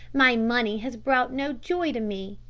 my money has brought no joy to me.